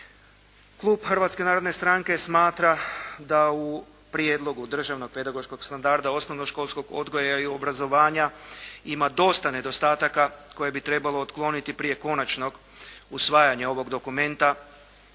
Klub Hrvatske narodne stranke smatra da u Prijedlogu državnog pedagoškog standarda osnovnoškolskog odgoja i obrazovanja ima dosta nedostataka koje bi trebalo otkloniti prije konačnog usvajanja ovog dokumenta.